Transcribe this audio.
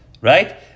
right